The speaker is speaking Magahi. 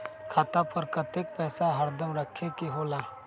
खाता पर कतेक पैसा हरदम रखखे के होला?